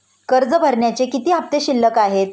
कर्ज भरण्याचे किती हफ्ते शिल्लक आहेत?